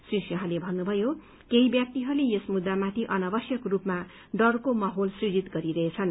श्री सिंहले भन्नुभयो केही व्यक्तिहरूले यस मुद्दामाथि अनावश्यक रूपमा डरको माहौल सृजित गरिरहेछन्